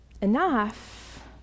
enough